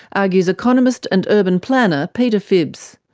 argues economist and urban planner peter phibbs.